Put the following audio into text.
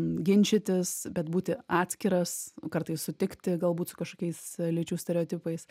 ginčytis bet būti atskiras kartais sutikti galbūt su kažkokiais lyčių stereotipais